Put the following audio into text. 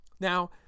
Now